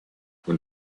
when